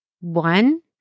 One